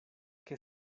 que